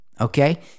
okay